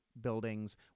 buildings